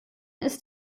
ist